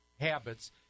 habits